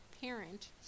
parent